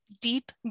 deep